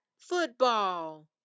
football